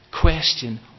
Question